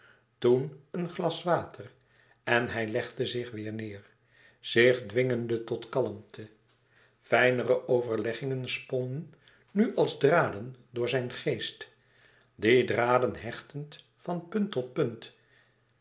toen een glas water en hij legde zich weêr neêr zich dwingende tot kalmte fijnere overleggingen sponnen nu als draden door zijn geest die draden hechtend van punt tot punt